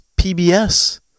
PBS